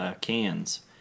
cans